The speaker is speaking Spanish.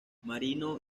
marino